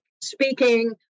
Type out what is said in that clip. speaking